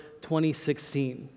2016